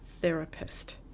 therapist